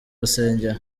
rusengero